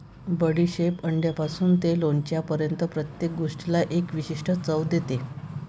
बडीशेप अंड्यापासून ते लोणच्यापर्यंत प्रत्येक गोष्टीला एक विशिष्ट चव देते